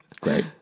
Great